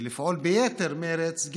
לפעול ביתר מרץ,